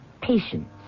Patience